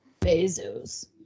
Bezos